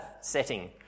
setting